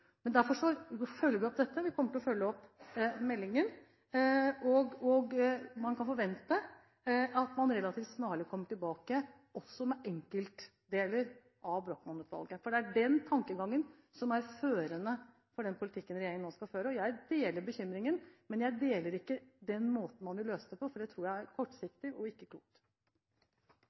Derfor følger vi opp dette, vi kommer til å følge opp meldingen. Man kan forvente at man relativt snarlig kommer tilbake med enkeltdeler fra Brochmann-utvalget, for det er den tankegangen som er førende for den politikken regjeringen nå skal føre. Jeg deler bekymringen, men jeg er ikke enig i måten man vil løse det på, for det tror jeg er kortsiktig og ikke klokt.